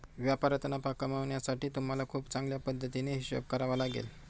व्यापारात नफा कमावण्यासाठी तुम्हाला खूप चांगल्या पद्धतीने हिशोब करावा लागेल